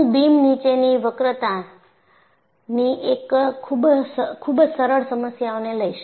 હું બીમ નીચેની વક્રતાની એક ખૂબ જ સરળ સમસ્યાઓને લઈશ